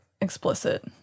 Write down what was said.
explicit